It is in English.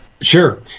Sure